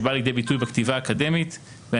אשר באה לידי ביטוי בכתיבתו האקדמית,